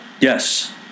Yes